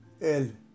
el